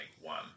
one